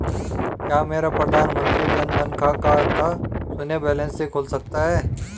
क्या मेरा प्रधानमंत्री जन धन का खाता शून्य बैलेंस से खुल सकता है?